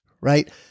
right